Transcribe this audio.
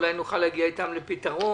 אולי נוכל להגיע איתם לפתרון,